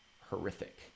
horrific